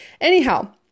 Anyhow